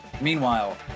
meanwhile